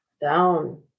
Down